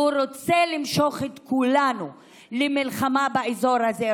והוא רוצה למשוך את כולנו למלחמה באזור הזה,